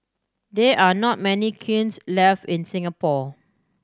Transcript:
there are not many kilns life in Singapore